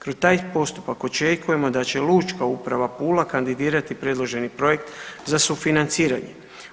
Kroz taj postupak očekujemo da će Lučka uprava Pula kandidirati predloženi projekt za sufinanciranje.